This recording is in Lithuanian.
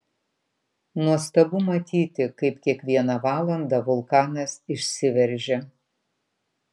nuostabu matyti kaip kiekvieną valandą vulkanas išsiveržia